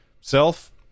self-